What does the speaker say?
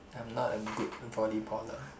I'm not a good volleyballer